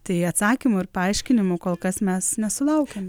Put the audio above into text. tai atsakymų ir paaiškinimų kol kas mes nesulaukiam